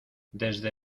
desde